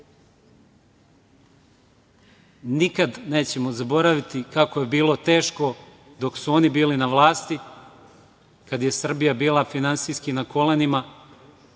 Nikad nećemo zaboraviti kako je bilo teško dok su oni bili na vlasti, kada je Srbija bila finansijski na kolenima,